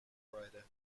rider